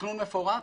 בתכנון מפורט?